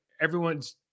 everyone's